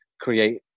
create